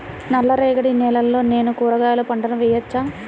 నల్ల రేగడి నేలలో నేను కూరగాయల పంటను వేయచ్చా?